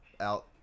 out